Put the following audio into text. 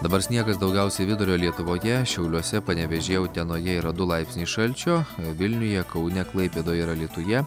dabar sniegas daugiausiai vidurio lietuvoje šiauliuose panevėžyje utenoje yra du laipsniai šalčio vilniuje kaune klaipėdoje ir alytuje